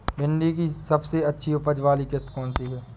भिंडी की सबसे अच्छी उपज वाली किश्त कौन सी है?